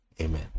Amen